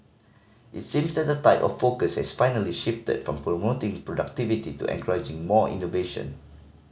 it seems that the tide of focus has finally shifted from promoting productivity to encouraging more innovation